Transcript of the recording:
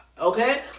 Okay